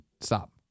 Stop